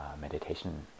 meditation